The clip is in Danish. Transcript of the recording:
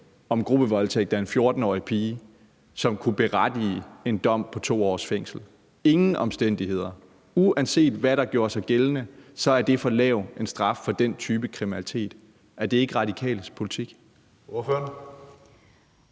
om gruppevoldtægt af en 14-årig pige, som kunne berettige en dom på 2 års fængsel – ingen omstændigheder! Uanset hvad der gjorde sig gældende, er det for lav en straf for den type kriminalitet. Er det ikke Radikales politik?